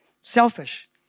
selfish